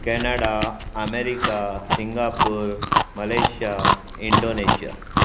Canada America Singapore Malaysia Indonesia